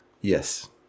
Yes